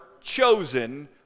chosen